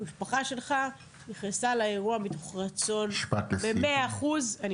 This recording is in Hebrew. המשפחה שלך נכנסה לאירוע מתוך רצון במאה אחוז --- משפט לסיום.